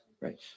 Right